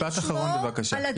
משפט האחרון, בבקשה.